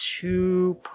two